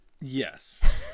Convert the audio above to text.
Yes